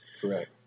Correct